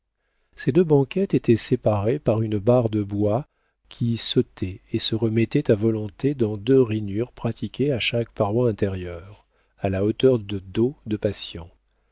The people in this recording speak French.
ces deux banquettes étaient séparées par une barre de bois qui s'ôtait et se remettait à volonté dans deux rainures pratiquées à chaque paroi intérieure à la hauteur de dos de